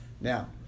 Now